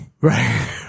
Right